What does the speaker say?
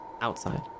Outside